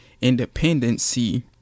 Independency